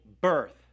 birth